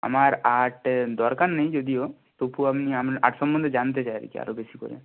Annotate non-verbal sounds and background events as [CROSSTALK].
আমার আর্ট দরকার নেই যদিও তবু আমি [UNINTELLIGIBLE] আর্ট সম্পর্কে জানতে চাই আর কি আরও বেশি করে